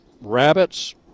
rabbits